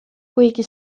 kuigi